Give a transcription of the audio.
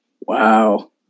Wow